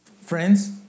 friends